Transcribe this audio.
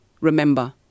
Remember